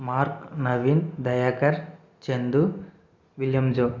mark Naveen Dayakar Chandu విలియమ్జో